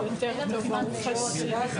אבי, בבקשה.